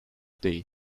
değil